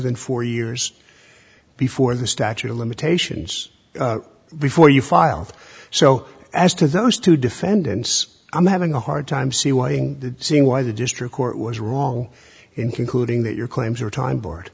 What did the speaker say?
than four years before the statute of limitations before you filed so as to those two defendants i'm having a hard time see why you see why the district court was wrong in concluding that your claims are time board